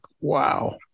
wow